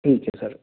ठीक है सर